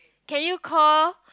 can you call